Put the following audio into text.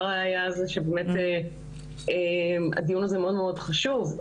והראיה היא שבאמת הדיון הזה מאוד מאוד חשוב.